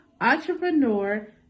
entrepreneur